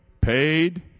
Paid